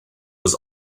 was